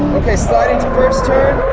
okay sliding to first turn,